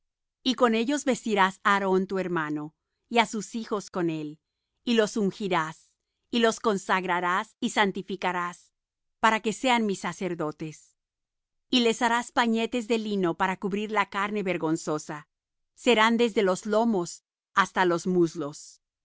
y con ellos vestirás á aarón tu hermano y á sus hijos con él y los ungirás y los consagrarás y santificarás para que sean mis sacerdotes y les harás pañetes de lino para cubrir la carne vergonzosa serán desde los lomos hasta los muslos